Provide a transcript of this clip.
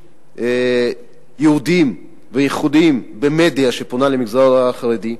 ייעודיים וייחודיים במדיה שפונה למגזר החרדי,